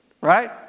right